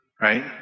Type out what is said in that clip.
right